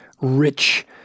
rich